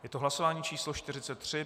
Je to hlasování číslo 43.